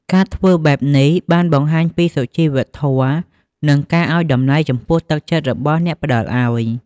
ការធ្វើបែបនេះ បានបង្ហាញពីសុជីវធម៌ និងការឲ្យតម្លៃចំពោះទឹកចិត្តរបស់អ្នកផ្តល់ឲ្យ។